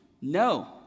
No